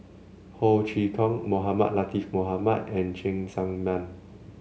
Ho Chee Kong Mohamed Latiff Mohamed and Cheng Tsang Man